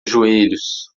joelhos